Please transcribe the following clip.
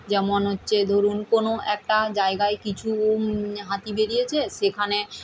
যেমন হচ্ছে ধরুন কোনও একটা জায়গায় কিছু হাতি বেরিয়েছে সেখানে